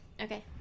Okay